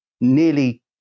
nearly